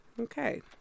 Okay